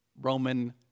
Roman